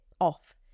off